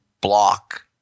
block